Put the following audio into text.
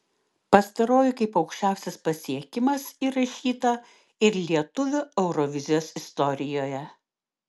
pastaroji kaip aukščiausias pasiekimas įrašyta ir lietuvių eurovizijos istorijoje